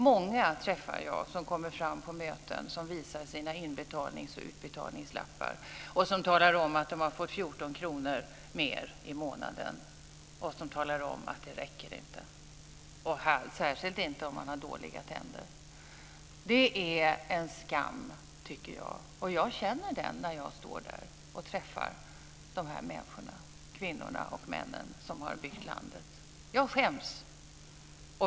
Många kommer fram till mig på möten och visar sina inbetalnings och utbetalningslappar och talar om att de har fått 14 kr mer i månaden, och de talar om att det inte räcker, särskilt inte om man har dåliga tänder. Det är en skam, tycker jag. Jag känner den när jag träffar de här människorna, kvinnorna och männen, som har byggt landet. Jag skäms.